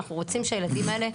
אנחנו רוצים שהילדים האלה,